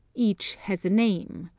each has a name.